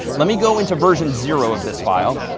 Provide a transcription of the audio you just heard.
let me go into version zero of this file.